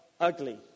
ugly